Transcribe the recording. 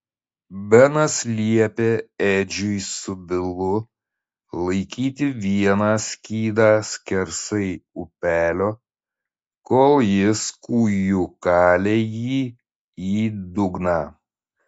benas liepė edžiui su bilu laikyti vieną skydą skersai upelio kol jis kūju kalė jį į dugną